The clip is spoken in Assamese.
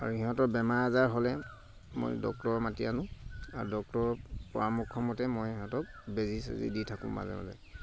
আৰু সিহঁতৰ বেমাৰ আজাৰ হ'লে মই ডক্টৰ মাতি আনো আৰু ডক্টৰৰ পৰামৰ্শমতে মই সিহঁতক বেজি চেজি দি থাকোঁ মাজে মাজে